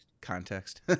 Context